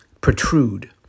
protrude